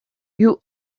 you